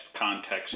context